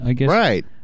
Right